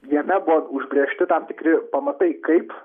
jame buvo užbrėžti tam tikri pamatai kaip